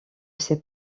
ses